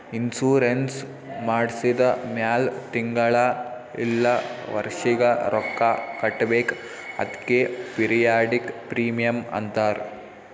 insurance ಮಾಡ್ಸಿದ ಮ್ಯಾಲ್ ತಿಂಗಳಾ ಇಲ್ಲ ವರ್ಷಿಗ ರೊಕ್ಕಾ ಕಟ್ಬೇಕ್ ಅದ್ಕೆ ಪಿರಿಯಾಡಿಕ್ ಪ್ರೀಮಿಯಂ ಅಂತಾರ್